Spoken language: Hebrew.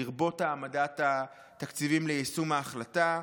לרבות העמדת התקציבים ליישום ההחלטה.